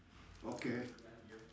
okay